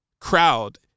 crowd